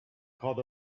called